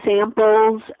samples